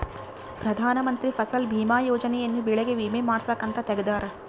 ಪ್ರಧಾನ ಮಂತ್ರಿ ಫಸಲ್ ಬಿಮಾ ಯೋಜನೆ ಯನ್ನ ಬೆಳೆಗೆ ವಿಮೆ ಮಾಡ್ಸಾಕ್ ಅಂತ ತೆಗ್ದಾರ